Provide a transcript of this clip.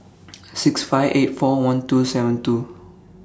six five eight four one two seven two